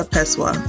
Peswa